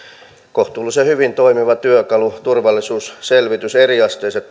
kohtuullisen hyvin toimiva työkalu turvallisuusselvitys on eriasteisia